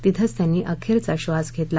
तिथंच त्यांनी अखेरचा श्वास घेतला